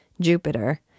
Jupiter